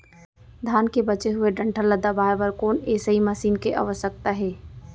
धान के बचे हुए डंठल ल दबाये बर कोन एसई मशीन के आवश्यकता हे?